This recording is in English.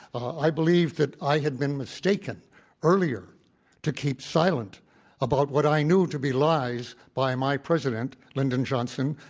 i believe that i had been mistaken earlier to keep silent about what i knew to be lies by my president, lyndon johnson,